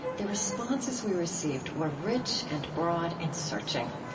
the responses we received were rich and broad and searching.